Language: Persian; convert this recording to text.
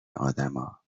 آدما